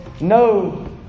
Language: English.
No